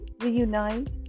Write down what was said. reunite